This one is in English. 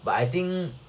but I think